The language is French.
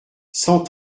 cent